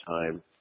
time